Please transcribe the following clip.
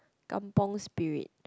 kampung spirit